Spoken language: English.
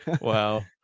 Wow